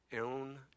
own